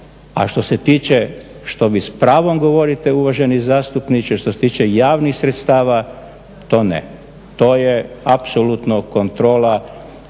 A što se tiče što vi s pravom govorite uvaženi zastupniče, što se tiče javnih sredstava to ne. To je apsolutno kontrola